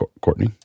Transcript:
courtney